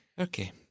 Okay